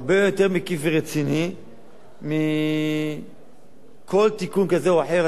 הרבה יותר מקיף ורציני מכל תיקון כזה או אחר.